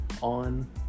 on